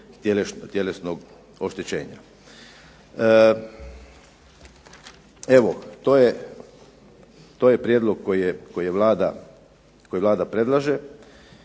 tjelesnog oštećenja. Evo to je prijedlog koji je Vlada predlaže,